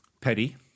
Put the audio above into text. Petty